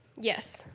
Yes